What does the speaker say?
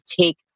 take